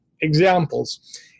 examples